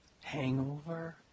hangover